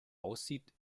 aussieht